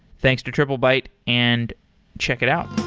thanks to triplebyte and check it out